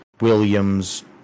Williams